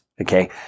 Okay